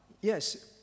yes